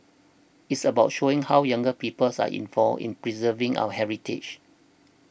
it's about showing how younger peoples are involved in preserving our heritage